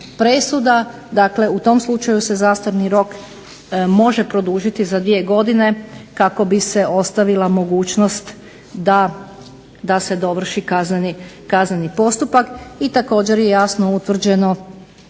dakle u tom slučaju se zastarni rok može produžiti za dvije godine kako bi se ostavila mogućnost da se dovrši kazneni postupak i također je jasno utvrđeno